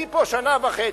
אני פה שנה וחצי,